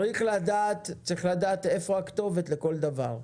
צריך לדעת איפה הכתובת לכל דבר.